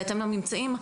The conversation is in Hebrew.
בהתאם לממצאים,